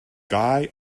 gai